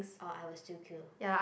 orh I will still queue